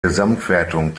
gesamtwertung